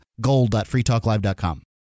gold.freetalklive.com